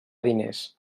diners